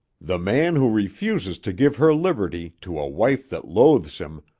the man who refuses to give her liberty to a wife that loathes him,